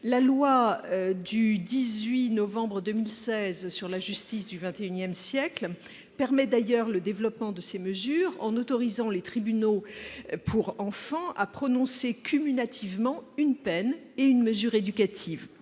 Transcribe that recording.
La loi du 18 novembre 2016 de modernisation de la justice du XXI siècle favorise le développement de ces mesures en autorisant les tribunaux pour enfants à prononcer cumulativement une peine et une mesure éducative.